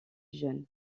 jeune